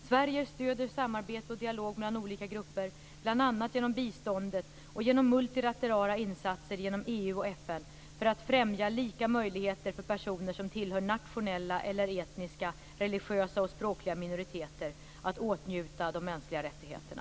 Sverige stöder samarbete och dialog mellan olika grupper, bl.a. genom biståndet och genom multilaterala insatser inom EU och FN för att främja lika möjligheter för personer som tillhör nationella eller etniska, religiösa och språkliga minoriteter att åtnjuta de mänskliga rättigheterna.